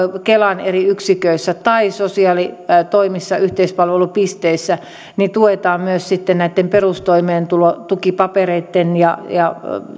kelan eri yksiköissä tai sosiaalitoimessa yhteispalvelupisteissä myös perustoimeentulotukipapereitten ja ja